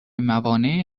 موانع